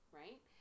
right